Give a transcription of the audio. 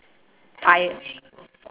I